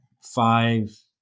five